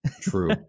True